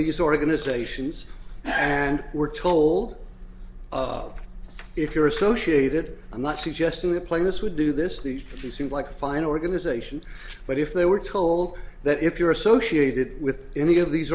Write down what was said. these organizations and were told of if you're associated i'm not suggesting the plaintiffs would do this these few seem like fine organizations but if they were told that if you're associated with any of these